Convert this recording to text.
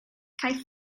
caiff